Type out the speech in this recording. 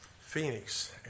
Phoenix